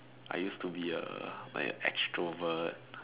I used to be a like a extrovert